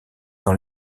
dans